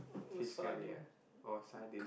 fish curry ah or sardine